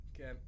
Okay